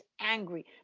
angry